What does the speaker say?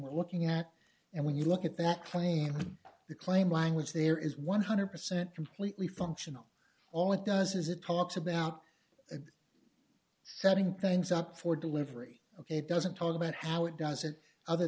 we're looking at and when you look at that claim the claim language there is one hundred percent completely functional all it does is it talks about setting things up for delivery it doesn't talk about how it does it other